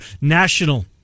national